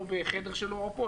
או בחדר שלו או פה,